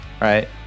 right